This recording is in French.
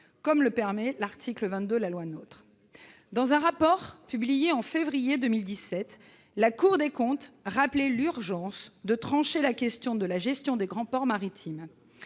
comme le permet l'article 22 de la loi NOTRe. Dans un rapport publié au mois de février 2017, la Cour des comptes rappelait l'urgence de trancher la question de la gestion des grands ports maritimes.